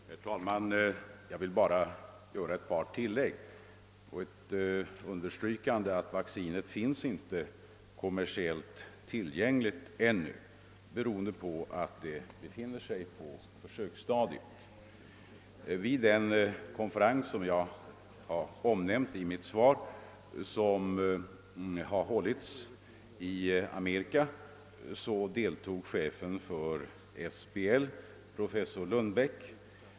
Herr talman! Jag vill bara göra några tillägg. Vaccinet finns inte ännu kommersiellt tillgängligt, vilket beror på att det befinner sig på försöksstadiet. Vid den konferens som jag omnämnde i mitt svar och som hållits i Amerika deltog chefen för SBL, professor Lundbäck.